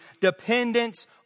dependence